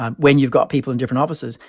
um when you've got people in different offices,